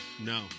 No